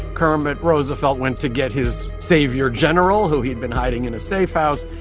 kermit roosevelt went to get his savior general, who he'd been hiding in a safe house,